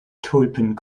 tulpen